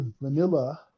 vanilla